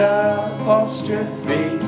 apostrophe